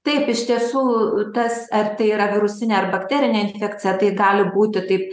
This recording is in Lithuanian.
taip iš tiesų tas ar tai yra virusinė ar bakterinė infekcija tai gali būti taip